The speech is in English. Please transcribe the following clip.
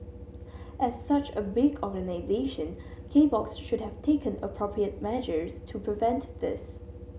as such a big organisation K Box should have taken appropriate measures to prevent this